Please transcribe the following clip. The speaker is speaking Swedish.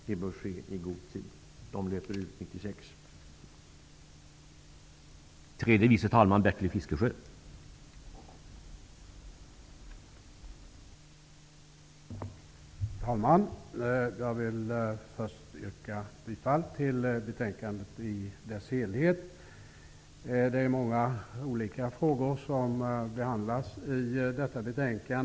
Det bör ske i god tid, eftersom avtalen löper ut 1996.